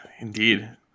Indeed